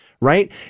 Right